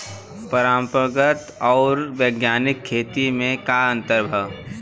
परंपरागत आऊर वैज्ञानिक खेती में का अंतर ह?